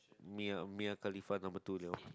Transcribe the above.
Mia Mia Khalifa number two liao